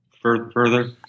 further